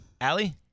Allie